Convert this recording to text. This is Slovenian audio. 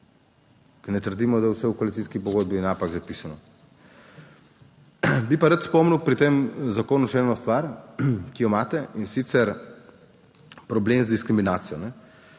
Ne trdimo, da je vse v koalicijski pogodbi napak zapisano, bi pa rad spomnil pri tem zakonu še eno stvar, ki jo imate, in sicer problem z diskriminacijo,